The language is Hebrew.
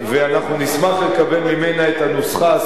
ואנחנו נשמח לקבל ממנה את הנוסחה הסודית